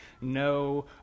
no